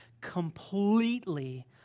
completely